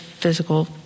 physical